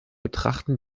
betrachten